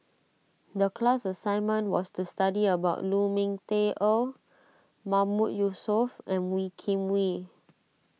the class assignment was to study about Lu Ming Teh Earl Mahmood Yusof and Wee Kim Wee